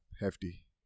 hefty